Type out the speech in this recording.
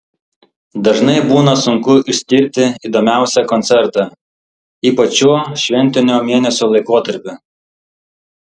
dažnai būna sunku išskirti įdomiausią koncertą ypač šiuo šventinio mėnesio laikotarpiu